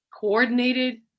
coordinated